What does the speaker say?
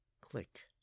Click